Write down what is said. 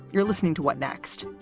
you're listening to what next?